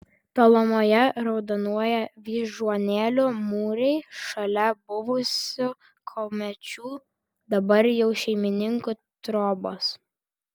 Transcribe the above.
tolumoje raudonuoja vyžuonėlių mūrai šalia buvusių kumečių dabar jau šeimininkų trobos